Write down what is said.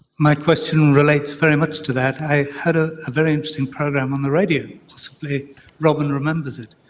my question relates very much to that, i heard a very interesting program on the radio, possibly robyn remembers it,